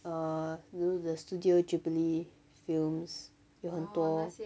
err you know the studio ghibli films 有很多